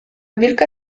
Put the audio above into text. wilka